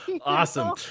Awesome